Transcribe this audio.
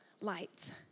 light